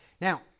Now